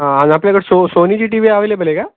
हां आणि आपल्याकड सो सोनीची टी वी अवेलेबल आहे का